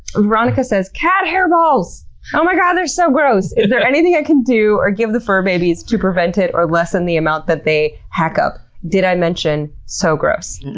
veronica says cat hair balls! oh my god they're so gross! is there anything i can do, or give the fur babies to prevent it, or lessen the amount that they hack up? did i mention, so gross? yeah,